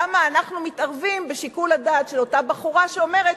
למה אנחנו מתערבים בשיקול הדעת של אותה בחורה שאומרת: